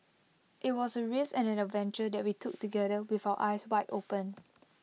IT was A risk and an adventure that we took together with our eyes wide open